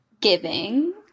giving